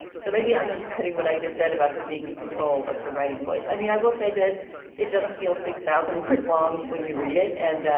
so maybe i'm undercutting what i just said about her being in control of her writing voice. i mean i will say this it doesn't feel six thousand words long when you read it and.